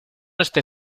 este